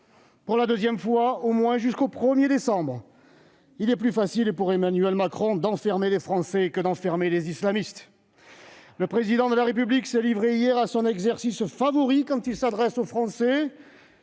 pour la deuxième fois, au moins jusqu'au 1décembre. Il est plus facile pour Emmanuel Macron d'enfermer les Français que d'enfermer les islamistes ! Le Président de la République s'est livré hier à son exercice favori quand il s'adresse aux Français